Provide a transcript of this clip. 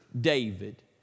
David